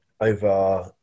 over